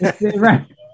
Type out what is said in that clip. Right